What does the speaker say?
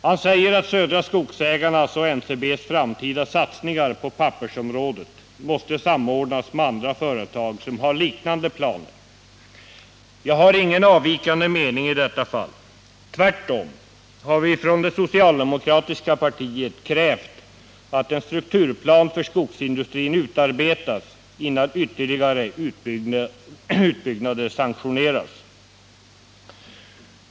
Han säger att Södra Skogsägarnas och NCB:s framtida satsningar på pappersområdet måste samordnas med andra företag som har liknande planer. Jag har ingen avvikande mening i detta fall. Tvärtom har vi från det socialdemokratiska partiet krävt att en strukturplan för skogsindustrin utarbetas innan ytterligare utbyggnader sanktioneras.